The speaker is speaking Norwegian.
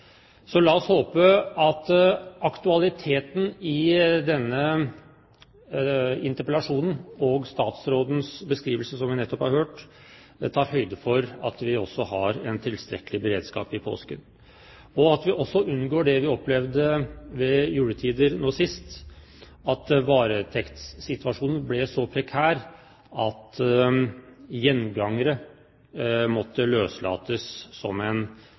så la oss håpe at man med aktualiteten i denne interpellasjonen, og i statsrådens beskrivelse, som vi nettopp har hørt, tar høyde for at vi også har en tilstrekkelig beredskap i påsken, og at vi unngår det vi opplevde ved juletider nå sist, da varetektssituasjonen ble så prekær at gjengangere måtte løslates, som en